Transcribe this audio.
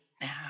now